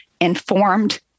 informed